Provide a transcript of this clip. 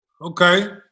Okay